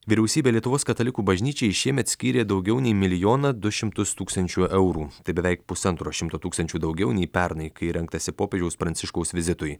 vyriausybė lietuvos katalikų bažnyčiai šiemet skyrė daugiau nei milijoną du šimtus tūkstančių eurų tai beveik pusantro šimto tūkstančių daugiau nei pernai kai rengtasi popiežiaus pranciškaus vizitui